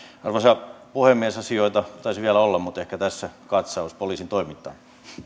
arvoisa puhemies asioita taisi vielä olla mutta ehkä tässä katsaus poliisin toimintaan